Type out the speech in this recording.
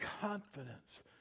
confidence